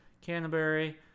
Canterbury